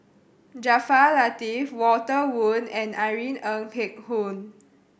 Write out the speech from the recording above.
Jaafar Latiff Walter Woon and Irene Ng Phek Hoong